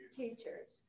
teachers